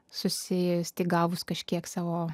susistygavus kažkiek savo